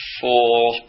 Four